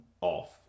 off